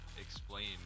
explain